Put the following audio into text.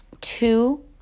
two